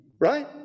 right